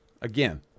again